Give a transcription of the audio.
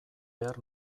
behar